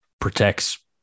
protects